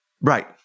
Right